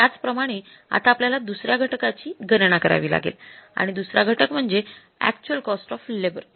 त्याचप्रमाणे आता आपल्याला दुसर्या घटकाची गणना करावी लागेल आणि दुसरा घटक म्हणजे अक्चुअल कॉस्ट ऑफ लेबर